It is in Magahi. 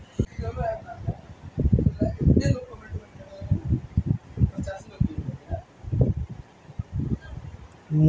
मुई एक हफ्ता स अलसीर सेवन कर छि